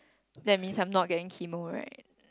that means I'm not getting chemo right